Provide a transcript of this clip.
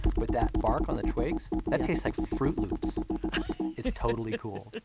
but that bark on the twigs, that tastes like froot loops it's totally cool